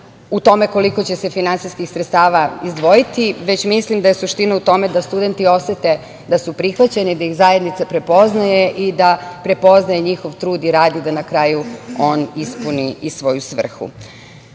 u tome koliko će se finansijskih sredstava izdvojiti, već mislim da je suština u tome da studenti osete da su prihvaćeni, da ih zajednica prepoznaje i da prepoznaje njihov trud i rad i da na kraju on ispuni i svoju svrhu.Za